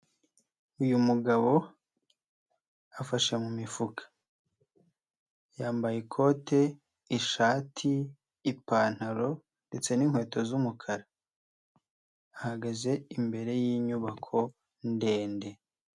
Uyu mugabo afashe mu mifuka yambaye ikote, ishati, ipantaro ndetse n'inkweto z'umukara. Ahagaze imbere y'inyubako ndende.